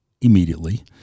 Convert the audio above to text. immediately